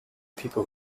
people